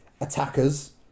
attackers